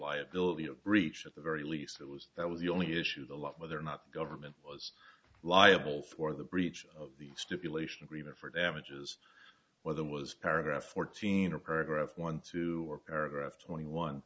liability a breach at the very least it was that was the only issue the law whether or not government was liable for the breach of the stipulation agreement for damages whether was paragraph fourteen or prograf one two or paragraph twenty one